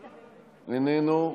איננו.